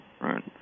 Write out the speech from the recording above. right